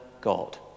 God